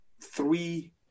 three